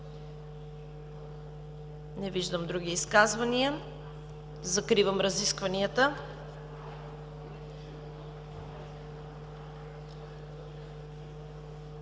Не виждам други изказвания. Закривам разискванията.